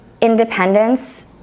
independence